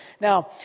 Now